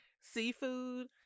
seafood